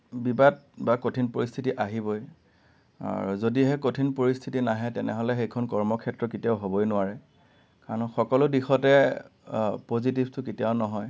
বিবাদ বা কঠিন পৰিস্থিতি আহিবই আৰু যদিহে কঠিন পৰিস্থিতি নাহে তেনেহ'লে সেইখন কৰ্মক্ষেত্ৰ কেতিয়াও হ'বই নোৱাৰে কাৰণ সকলো দিশতে পজিতিভটো কেতিয়াও নহয়